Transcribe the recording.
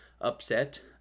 upset